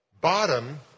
bottom